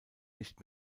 nicht